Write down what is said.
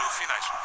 finais